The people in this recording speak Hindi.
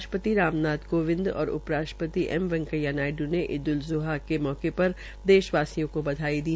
राष्ट्रपति राम नाथ काविंद और उपराष्ट्रपति एम वैकेया नायडू ने ईद उल ज़ुहा के मौके पर देश वासियों को बधाई दी